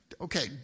Okay